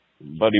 Buddy